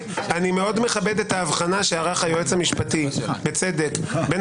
אני מאוד מכבד את ההבחנה שערך היועץ המשפטי בצדק בין